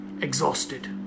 exhausted